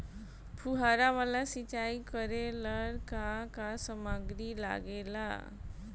फ़ुहारा वाला सिचाई करे लर का का समाग्री लागे ला?